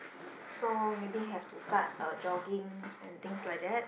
so maybe have to start uh jogging and things like that